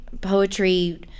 Poetry